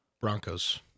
Broncos